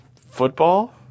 Football